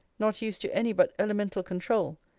not used to any but elemental controul,